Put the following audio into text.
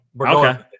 Okay